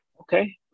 Okay